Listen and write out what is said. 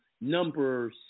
number